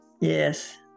Yes